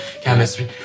chemistry